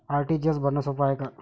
RTGS भरनं सोप हाय का?